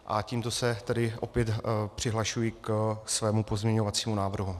A tímto se tedy opět přihlašuji ke svému pozměňovacímu návrhu.